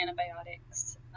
antibiotics